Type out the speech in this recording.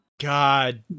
God